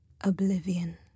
Oblivion